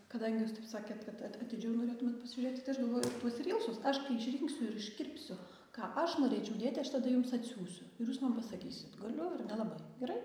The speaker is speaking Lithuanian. kadangi jūs taip sakėt kad at atidžiau norėtumėt pasižiūrėti tai aš galvoju tuos rylsus aš kai išrinksiu ir iškirpsiu ką aš norėčiau dėti aš tada jums atsiųsiu ir jūs man pasakysit galiu ar nelabai gerai